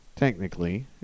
Technically